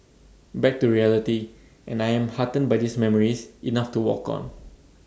back to reality and I am heartened by these memories enough to walk on